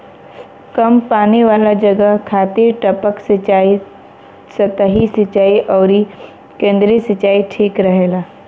कम पानी वाला जगह खातिर टपक सिंचाई, सतही सिंचाई अउरी केंद्रीय सिंचाई ठीक रहेला